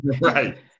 right